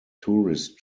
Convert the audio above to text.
tourist